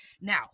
Now